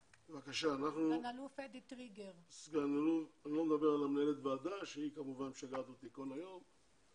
אני לא מדבר על מנהלת הוועדה שהיא משגעת אותי כל היום,